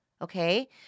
Okay